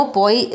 poi